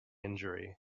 injury